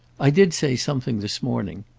i did say something this morning.